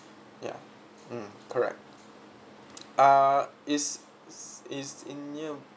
ya mm correct uh it's it's in near